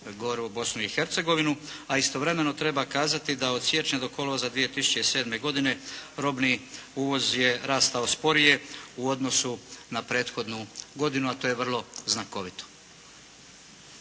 Goru, Bosnu i Hercegovinu. A istovremeno treba kazati da od siječnja do kolovoza 2007. godine robni uvoz je rastao sporije u odnosu na prethodnu godinu a to je vrlo znakovito.